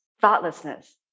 thoughtlessness